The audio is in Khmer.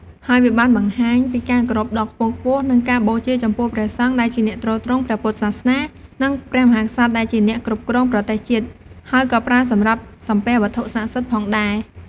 ហើយវាបានបង្ហាញពីការគោរពដ៏ខ្ពង់ខ្ពស់ និងការបូជាចំពោះព្រះសង្ឃដែលជាអ្នកទ្រទ្រង់ព្រះពុទ្ធសាសនា និងព្រះមហាក្សត្រដែលជាអ្នកគ្រប់គ្រងប្រទេសជាតិ ហើយក៏ប្រើសម្រាប់សំពះវត្ថុស័ក្តិសិទ្ធិផងដែរ។